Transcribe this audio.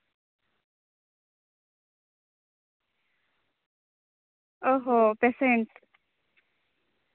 ᱚ ᱦᱚ ᱯᱮᱥᱮᱱᱴ